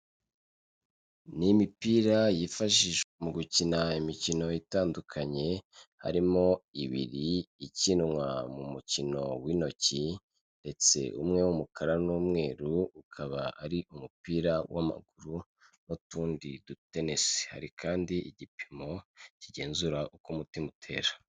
Ni imipira yifashishwa mu gukina imikino itandukanye, harimo ibiri ikinwa mu mukino w'intoki, ndetse umwe w'umukara n'umweru ukaba ari umupira w'amaguru n'utundi dutenesi. Hari kandi igipimo kigenzura uko umutima utera.